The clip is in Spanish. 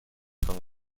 con